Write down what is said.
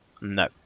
No